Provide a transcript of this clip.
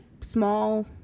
small